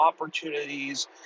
opportunities